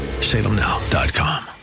Salemnow.com